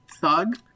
thug